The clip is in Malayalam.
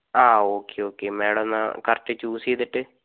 ആ ഓക്കേ ഓക്കേ മേഡം എന്നാൽ കറക്റ്റ് ചൂസ് ചെയ്തിട്ട്